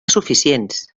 suficients